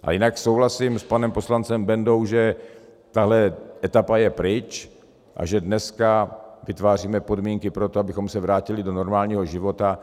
A jinak souhlasím s panem poslancem Bendou, že tahle etapa je pryč a že dneska vytváříme podmínky pro to, abychom se vrátili do normálního života.